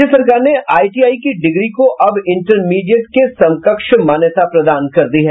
राज्य सरकार ने आईटीआई की डिग्री को अब इंटरमीडिएट के समकक्ष मान्यता प्रदान कर दी है